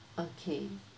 okay